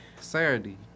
Saturday